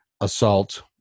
assault